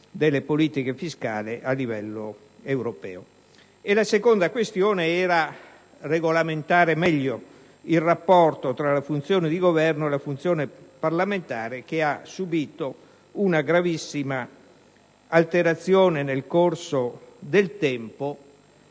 delle politiche fiscali a livello europeo. La seconda questione consisteva nel regolamentare meglio il rapporto tra la funzione di governo e quella parlamentare, che ha subito una gravissima alterazione nel corso del tempo,